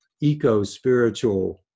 eco-spiritual